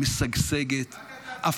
משגשגת -- רק אתה תאחד את העם.